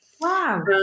Wow